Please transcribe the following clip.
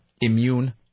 immune